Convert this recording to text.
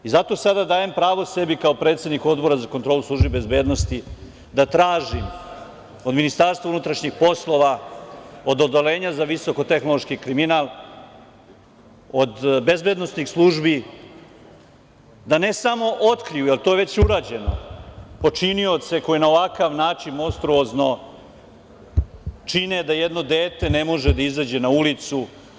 I zato sada dajem pravo sebi, kao predsedniku Odbora za kontrolu službi bezbednosti, da tražim od Ministarstva unutrašnjih poslova, od Odeljenja za visokotehnološki kriminal, od bezbednosnih službi, da ne samo otkriju, jer to je već urađeno, počinioce koji na ovakav način monstruozno čine da jedno dete ne može da izađe na ulicu.